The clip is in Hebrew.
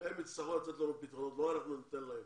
הם יצטרכו לתת לנו פתרונות ולא אנחנו לתת להם.